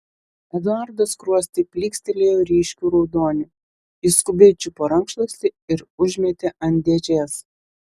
eduardo skruostai plykstelėjo ryškiu raudoniu jis skubiai čiupo rankšluostį ir užmetė ant dėžės